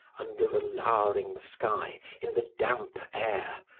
under a lowering sky, in the damp air,